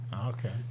Okay